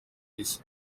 isi